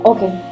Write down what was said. Okay